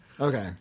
Okay